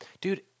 dude